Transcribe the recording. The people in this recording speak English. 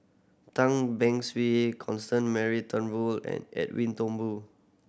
Tan Beng Swee Constance Mary Turnbull and Edwin Thumboo